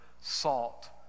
salt